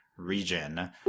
region